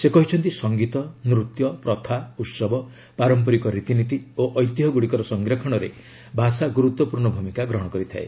ସେ କହିଛନ୍ତି ସଂଗୀତ ନୂତ୍ୟ ପ୍ରଥା ଉତ୍ସବ ପାରମ୍ପରିକ ରୀତିନୀତି ଓ ଐତିହ୍ୟ ଗୁଡ଼ିକର ସଂରକ୍ଷଣରେ ଭାଷା ଗୁରୁତ୍ୱପୂର୍ଣ୍ଣ ଭୂମିକା ଗ୍ରହଣ କରିଥାଏ